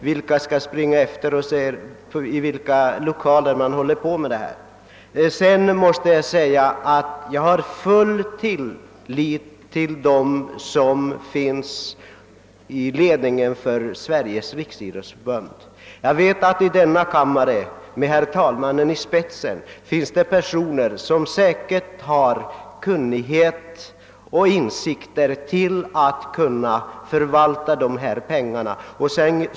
Vilka skulle springa ut och se efter i vilka lokaler folk håller på med sådan? Jag hyser full tillit till dem som sitter i ledningen för Sveriges riksidrottsförbund. Jag vet att det i denna kammare finns personer — med herr talmannen i spetsen — som säkert har kunnighet och insikter nog för att kunna förvalta dessa pengar.